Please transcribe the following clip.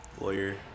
Lawyer